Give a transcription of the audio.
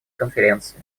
конференции